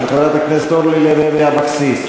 של חברת הכנסת אורלי לוי אבקסיס.